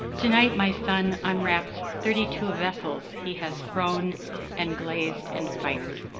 tonight my son unwraps thirty two vessels he has thrown and glazed and fired.